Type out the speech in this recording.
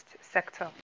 sector